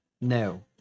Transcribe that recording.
no